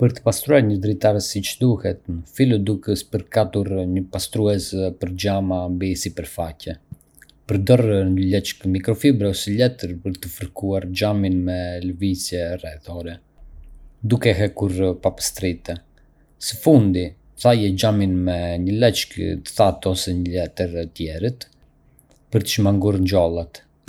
Për të pastruar një dritare siç duhet, fillo duke spërkatur një pastrues për xhama mbi sipërfaqe. Përdor një leckë mikrofibre ose letër për të fërkuar xhamin me lëvizje rrethore, duke hequr papastërtitë. Së fundi, thaje xhamin me një leckë të thatë ose një letër tjetër për të shmangur njollat.